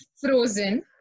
frozen